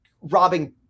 robbing